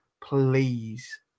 please